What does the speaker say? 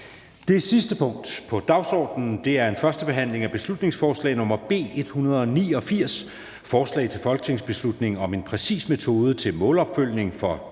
Det sidste punkt på dagsordenen er: 5) 1. behandling af beslutningsforslag nr. B 189: Forslag til folketingsbeslutning om en præcis metode til målopfølgning for